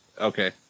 Okay